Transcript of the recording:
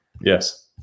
Yes